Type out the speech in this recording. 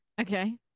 Okay